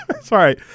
Sorry